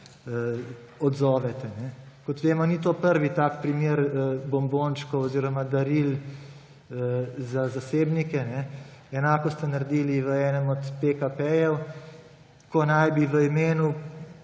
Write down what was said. odzovete. Kot vemo, ni to prvi tak primer bombončkov oziroma daril za zasebnike. Enako ste naredili v enem od PKP-jev, ko naj bi v imenu